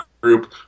group